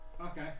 Okay